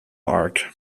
arch